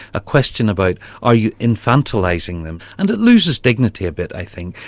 a question about are you infantilising them and it loses dignity a bit i think.